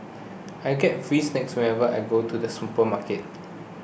I get free snacks whenever I go to the supermarket